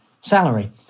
salary